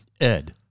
Ed